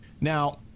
now